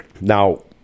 Now